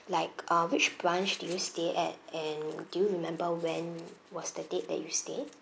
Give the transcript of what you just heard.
like uh which branch do you stay at and do you remember when was the date that you stay